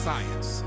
Science